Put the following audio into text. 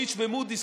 פיץ' ומודי'ס,